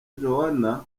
joannah